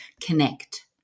connect